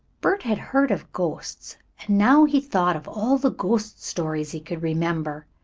bert had heard of ghosts and now he thought of all the ghost stories he could remember.